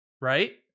right